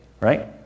Right